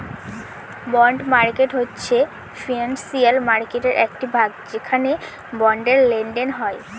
bond market হচ্ছে financial মার্কেটের একটি ভাগ যেখানে বন্ডের লেনদেন হয়